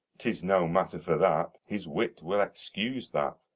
tis no matter for that, his wit will excuse that.